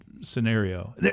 scenario